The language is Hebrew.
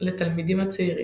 לתלמידים הצעירים.